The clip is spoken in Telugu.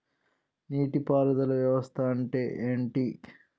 నీటి పారుదల వ్యవస్థ అంటే ఏంటి?